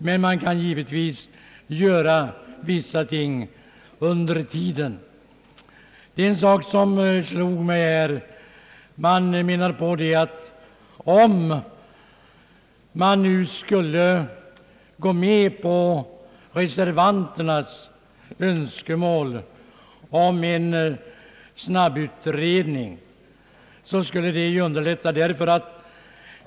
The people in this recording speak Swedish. Men man kan givetvis göra vissa ting under tiden. Det är en sak som har slagit mig här. Man menar att om man nu skulle gå med på reservanternas önskemål om en snabbutredning, så skulle det lindra svårigheterna.